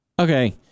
Okay